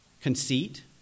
conceit